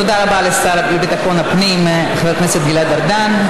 תודה רבה לשר לביטחון הפנים חבר הכנסת גלעד ארדן.